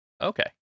okay